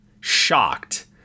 Shocked